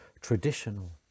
traditional